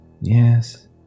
yes